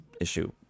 issue